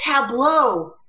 tableau